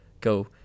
go